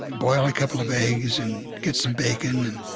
boil a couple of eggs and get some bacon,